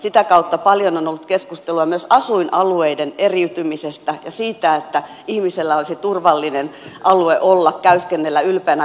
sitä kautta paljon on ollut keskustelua myös asuinalueiden eriytymisestä ja siitä että ihmisellä olisi oltava turvallinen alue olla käyskennellä ylpeänä kotikulmilla